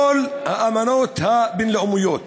לכל האמנות הבין-לאומיות,